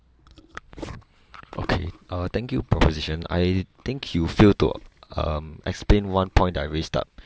okay uh thank you proposition I think you fail to um explain one point I raised up